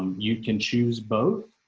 um you can choose both